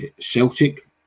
Celtic